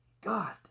God